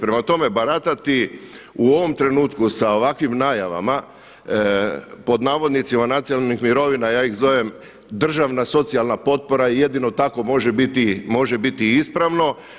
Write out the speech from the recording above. Prema tome, baratati u ovom trenutku sa ovakvim najavama pod navodnicima, nacionalnih mirovina, ja ih zovem državna socijalna potpora i jedino tako može biti ispravno.